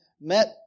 met